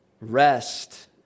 rest